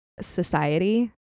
society